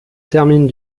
termine